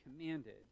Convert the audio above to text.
commanded